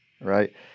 right